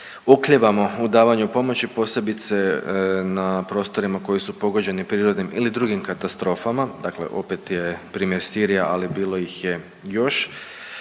oklijevamo u davanju pomoći posebice u prostorima koji su pogođeni prirodnim ili drugim katastrofama. Dakle opet je primjer Sirija ali bilo ih je još.